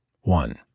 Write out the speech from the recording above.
One